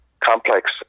complex